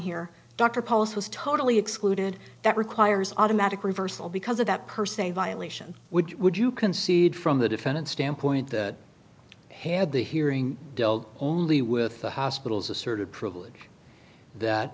here dr post was totally excluded that requires automatic reversal because of that per se violation which would you concede from the defendant's standpoint that had the hearing dealt only with the hospital's asserted privilege that